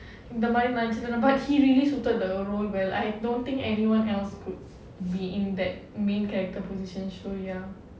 இந்த மாதிரி நினைச்சிருந்தேன்:indha maadhri ninaichirundhaen but he really suited the role well I don't think anyone else could be in that main character position so ya